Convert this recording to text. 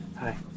Hi